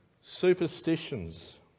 superstitions